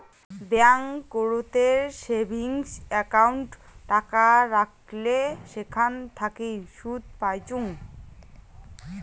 ব্যাংকোতের savings account টাকা রাখলে সেখান থাকি সুদ পাইচুঙ